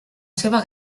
seva